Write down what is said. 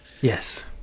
Yes